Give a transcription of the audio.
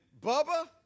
Bubba